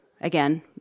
again